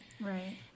Right